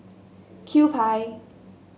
Kewpie